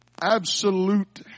absolute